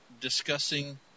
discussing